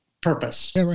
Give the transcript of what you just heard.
purpose